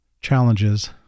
challenges